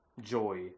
joy